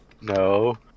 No